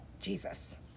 Jesus